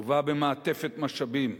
תשובה במעטפת משאבים,